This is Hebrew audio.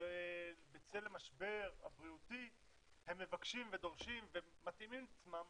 בצל המשבר הבריאותי הם מבקשים ודורשים ומתאימים את עצמם